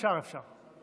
אפשר, אפשר.